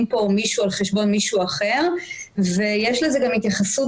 פה מישהו על חשבון מישהו אחר ויש לזה גם התייחסות